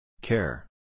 Care